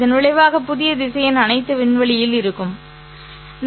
இதன் விளைவாக புதிய திசையன் அனைத்தும் விண்வெளியில் இருக்கும் சரி